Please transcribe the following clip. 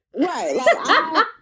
right